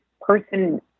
person